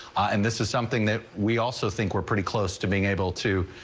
and this is something that we also think we're pretty close to being able to.